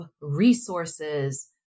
resources